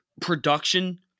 production